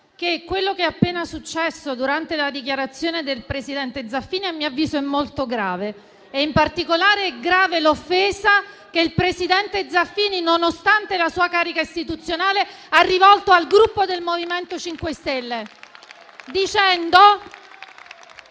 che quello che è appena successo durante la dichiarazione del presidente Zaffini - a mio avviso - è molto grave. In particolare, è grave l'offesa che il presidente Zaffini, nonostante la sua carica istituzionale, ha rivolto al Gruppo del MoVimento 5 Stelle